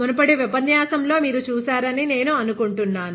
మునుపటి ఉపన్యాసం లో మీరు చూశారాని నేను అనుకుంటున్నాను